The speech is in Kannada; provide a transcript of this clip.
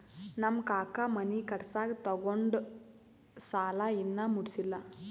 ನಮ್ ಕಾಕಾ ಮನಿ ಕಟ್ಸಾಗ್ ತೊಗೊಂಡ್ ಸಾಲಾ ಇನ್ನಾ ಮುಟ್ಸಿಲ್ಲ